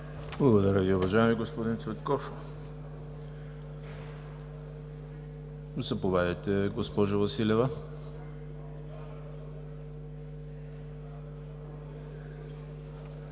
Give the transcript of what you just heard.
Благодаря Ви, уважаеми господин Цветков. Заповядайте, госпожо Василева.